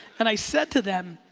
and i said to them,